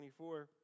24